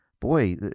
boy